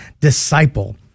disciple